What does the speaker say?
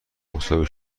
مساوی